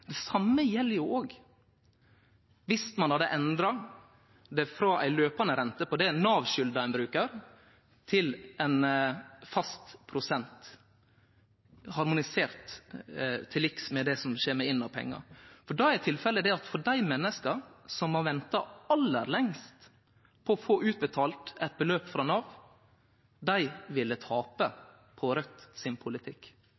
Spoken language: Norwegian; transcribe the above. Det same gjeld òg viss ein hadde endra frå ei løpande rente på det Nav skuldar ein brukar, til ein fast prosent harmonisert til liks med det som kjem inn med pengar, for då er tilfellet at dei menneska som har venta aller lengst på å få utbetalt eit beløp frå Nav, dei ville